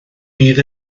bydd